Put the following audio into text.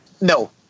No